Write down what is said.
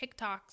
TikToks